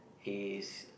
his